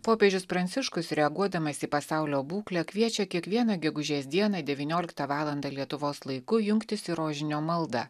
popiežius pranciškus reaguodamas į pasaulio būklę kviečia kiekvieną gegužės dieną devynioliktą valandą lietuvos laiku jungtis į rožinio maldą